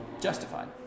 justified